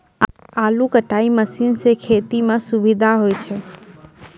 आलू कटाई मसीन सें खेती म सुबिधा होय छै